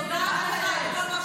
כתב לענייני --- כתב צבאי מצוין.